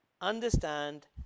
understand